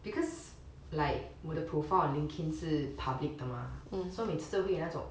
because like 我的 profile on LinkedIn 是 public 的吗 so 每次都会有那种